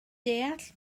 deall